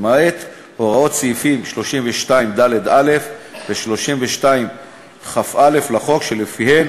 למעט הוראות סעיפים 32ד(א) ו-32כא לחוק, שלפיהן